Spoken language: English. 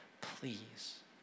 please